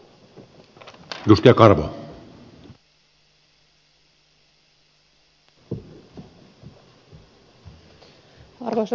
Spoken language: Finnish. arvoisa puhemies